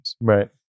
Right